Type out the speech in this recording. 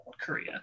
Korea